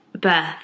birth